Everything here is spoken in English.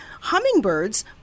Hummingbirds